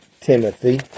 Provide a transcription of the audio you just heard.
Timothy